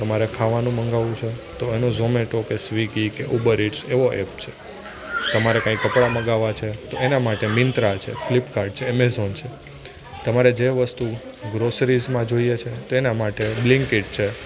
તમારે ખાવાનું મંગાવું છે તો એનું ઝોમેટો કે સ્વીગી કે ઉબર ઇટ્સ એવો એપ છે તમારે કાંઈ કપડાં મંગાવવાં છે તો એના માટે મીંત્રા છે ફ્લિપકાર્ટ છે એમેઝોન છે તમારા જે વસ્તુ ગ્રોસરિસમાં જોઈએ છે તેના માટે બલિન્કઇટ છે